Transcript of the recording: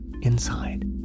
Inside